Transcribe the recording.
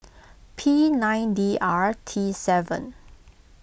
P nine D R T seven